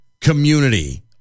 community